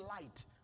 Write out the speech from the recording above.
light